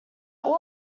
all